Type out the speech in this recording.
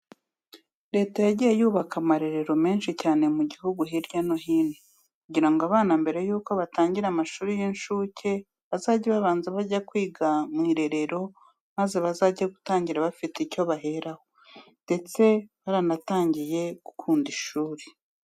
Leta yagiye yubaka amarerero menshi cyane mu gihugu hirya no hino, kugira ngo abana mbere yuko batangira amashuri y'inshuke bazajye babanza bajye kwiga mu irerero maze bazajye gutangira bafite icyo baheraho, ndetse baranatangiye gukunda ishuri cyane.